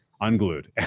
unglued